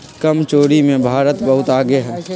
कर चोरी में भारत बहुत आगे हई